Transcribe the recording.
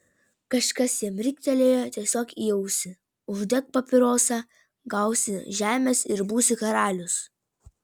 kažkas jam riktelėjo tiesiog į ausį uždek papirosą gausi žemės ir būsi karalius